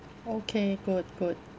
okay good good